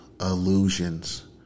illusions